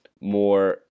more